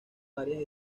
varias